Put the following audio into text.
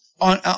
on